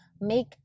make